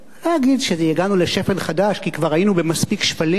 להגיד שהגענו לשפל חדש כי היינו במספיק שפלים,